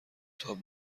تاب